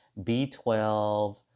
B12